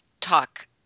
talk